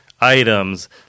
items